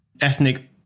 ethnic